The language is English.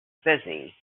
busy